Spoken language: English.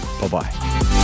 Bye-bye